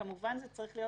כמובן שזה צריך להיות